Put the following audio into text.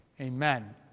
Amen